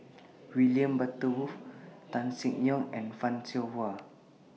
William Butterworth Tan Seng Yong and fan Shao Hua